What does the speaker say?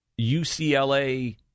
UCLA